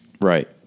Right